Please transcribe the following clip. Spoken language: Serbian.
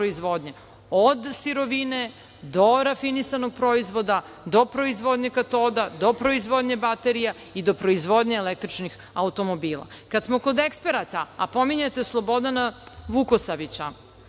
od sirovine, do rafinisanog proizvoda, do proizvodnje katoda, do proizvodnje baterija, do proizvodnje električnih automobila. Kad smo kod eksperata, a pominjete Slobodana Vukosavića,